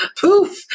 poof